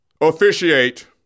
officiate